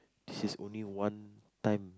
this is only one time